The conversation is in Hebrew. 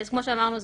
כמו שאמרנו,